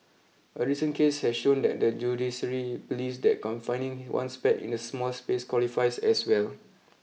a recent case has shown that the judiciary believes that confining one's pet in a small space qualifies as well